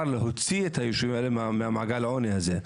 להוציא את הישובים ממעגל העוני הזה,